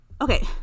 Okay